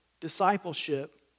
discipleship